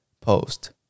post